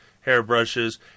hairbrushes